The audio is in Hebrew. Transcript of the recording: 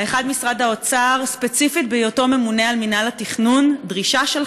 שאלה ראשונה: אדוני כרגע ממונה למשך שלושה חודשים